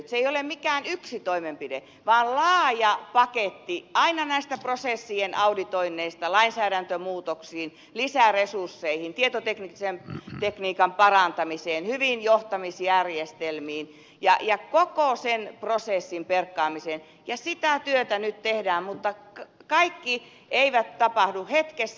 se ei ole mikään yksi toimenpide vaan laaja paketti aina näistä prosessien auditoinneista lainsäädäntömuutoksiin lisäresursseihin tietotekniikan parantamiseen hyviin johtamisjärjestelmiin ja koko sen prosessin perkaamiseen ja sitä työtä nyt tehdään mutta kaikki eivät tapahdu hetkessä